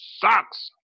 sucks